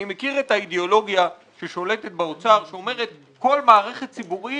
אני מכיר את האידיאולוגיה ששולטת באוצר שאומרת שכל מערכת ציבורית,